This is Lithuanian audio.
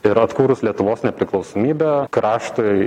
ir atkūrus lietuvos nepriklausomybę kraštui